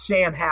Sam